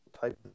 type